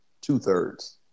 Two-thirds